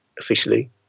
officially